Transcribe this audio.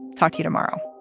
talk to you tomorrow